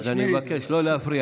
אז אני מבקש לא להפריע.